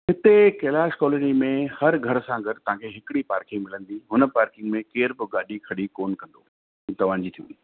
इते कैलाश कॉलोनी में हर घर सां गॾु तव्हांखे हिकिड़ी पार्किंग मिलंदी हुन पार्किंग में केरु बि गाॾी खड़ी कोन कंदो हू तव्हांजी थींदी